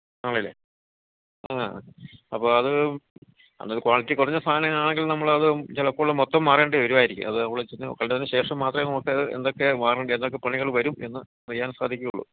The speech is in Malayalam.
ആണല്ലേ ആ അപ്പം അത് അന്നൊരു ക്വാളിറ്റി കുറഞ്ഞ സാധനം ആണെങ്കില് നമ്മൾ അത് ചിലപ്പോൾ മൊത്തം മാറേണ്ടി വരുമായിരിക്കും അത് നമ്മൾ ചെന്ന് കണ്ടതിന് ശേഷം മാത്രമേ നമുക്ക് അത് എന്തെക്കെയാണ് മാറണ്ടിയെ എന്തെക്കെ പണികൾ വരും എന്ന് അറിയാന് സാധിക്കുവുള്ളൂ